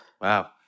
Wow